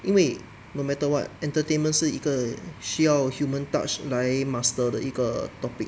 因为 no matter what entertainment 是一个需要 human touch 来 master 的一个 topic